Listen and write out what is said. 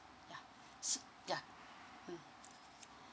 ya s~ ya mm